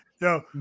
Yo